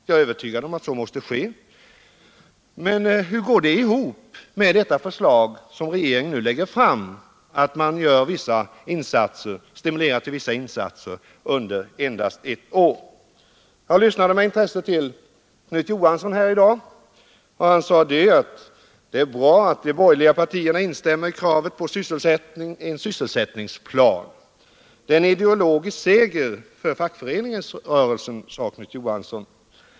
Jag är övertygad om att så måste ske, men hur går det ihop med förslaget, som regeringen nu framlägger, att man skall stimulera till vissa insatser endast under ett år. Jag lyssnade med stort intresse till herr Knut Johansson i Stockholm. Han sade att det är bra att de borgerliga partierna instämmer i kravet på en sysselsättningsplan. Det är en ideologisk seger för fackföreningsrörelsen, sade herr Knut Johansson.